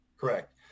Correct